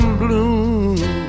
bloom